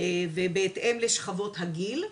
ובהתאם לשכבות הגיל,